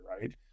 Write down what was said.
right